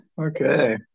Okay